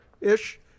ish